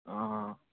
ꯑꯥ